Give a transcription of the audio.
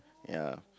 ya